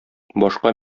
башка